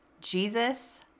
Jesus